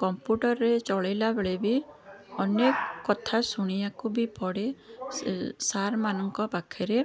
କମ୍ପୁଟର୍ରେ ଚଲେଇଲା ବେଳେ ବି ଅନେକ କଥା ଶୁଣିବାକୁ ବି ପଡ଼େ ସେ ସାର୍ମାନଙ୍କ ପାଖରେ